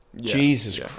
Jesus